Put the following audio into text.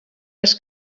was